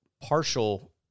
partial